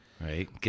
Right